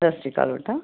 ਸਤਿ ਸ਼੍ਰੀ ਅਕਾਲ ਬੇਟਾ